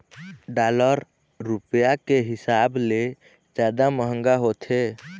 dollar रुपया के हिसाब ले जादा मंहगा होथे